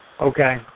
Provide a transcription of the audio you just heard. Okay